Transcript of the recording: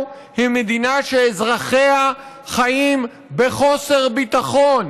היא מדינה שאזרחיה חיים בחוסר ביטחון,